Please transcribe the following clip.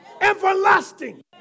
Everlasting